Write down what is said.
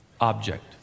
object